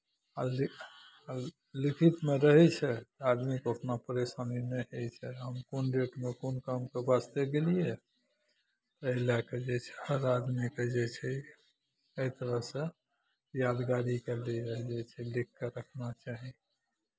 आ लिख आ लिखितमे रहै छै आदमीकेँ उतना परेशानी नहि होइ छै हम कोन डेटमे कोन कामके वास्ते गेलियै एहि लए कऽ जे छै हर आदमीकेँ जे छै एहि तरहसँ यादगारी खातिर लिखि कऽ रखना चाही